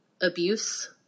abuse